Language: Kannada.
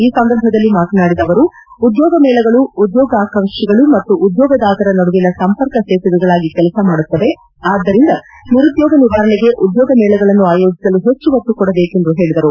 ಈ ಸಂದರ್ಭದಲ್ಲಿ ಮಾತನಾಡಿದ ಅವರು ಉದ್ಯೋಗಮೇಳಗಳು ಉದ್ಯೋಗಾಕಾಂಕ್ಷಿಗಳು ಮತ್ತು ಉದ್ಯೋಗದಾತರ ನಡುವಿನ ಸಂಪರ್ಕ ಸೇತುವೆಗಳಾಗಿ ಕೆಲಸ ಮಾಡುತವೆ ಆದ್ದರಿಂದ ನಿರುದ್ನೋಗ ನಿವಾರಣೆಗೆ ಉದ್ನೋಗಮೇಳಗಳನ್ನು ಆಯೋಜಿಸಲು ಹೆಚ್ಚು ಒತ್ತು ಕೊಡಬೇಕು ಎಂದು ಹೇಳಿದರು